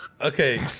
Okay